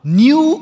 new